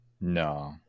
no